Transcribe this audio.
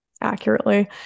accurately